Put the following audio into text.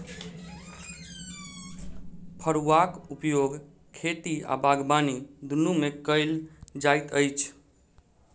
फड़ुआक उपयोग खेती आ बागबानी दुनू मे कयल जाइत अछि